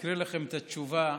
אקריא לכם את התשובה,